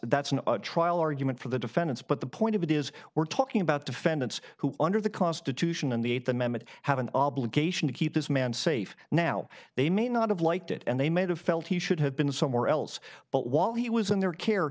that's an trial argument for the defendants but the point of it is we're talking about defendants who under the constitution and the eight the memmott have an obligation to keep this man safe now they may not have liked it and they may have felt he should have been somewhere else but while he was in their care